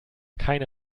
keine